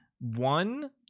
one